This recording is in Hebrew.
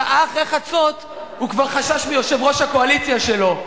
ושעה אחרי חצות הוא כבר חשש מיושב-ראש הקואליציה שלו.